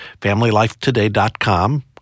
familylifetoday.com